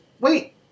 wait